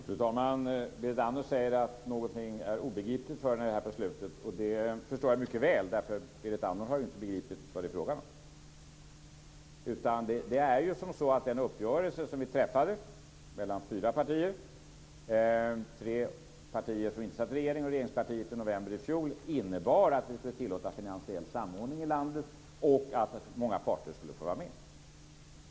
Fru talman! Berit Andnor säger här på slutet att någonting är obegripligt för henne. Jag förstår det mycket väl, därför att Berit Andnor har inte begripit vad det är frågan om. Den uppgörelse som vi träffade mellan fyra partier - tre partier som inte satt i regeringen och regeringspartiet - i november i fjol innebar att vi skulle tillåta finansiell samordning i landet och att många parter skulle få vara med.